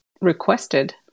requested